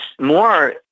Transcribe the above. more